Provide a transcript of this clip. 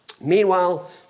meanwhile